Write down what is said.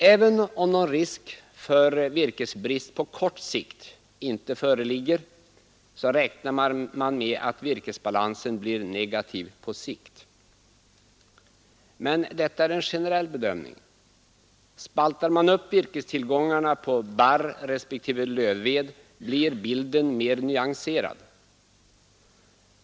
Även om någon risk för virkesbrist på kort sikt inte föreligger, räknar man med att virkesbalansen blir negativ på sikt. Men detta är en generell bedömning. Spaltar man upp virkestillgångarna på barrrespektive lövved blir bilden mer nyanserad.